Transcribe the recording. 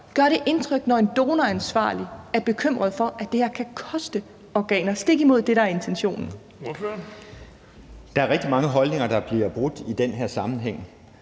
Gør det indtryk, når en donoransvarlig er bekymret for, at det her kan koste organer stik imod det, der er intentionen? Kl. 15:24 Den fg. formand (Erling Bonnesen):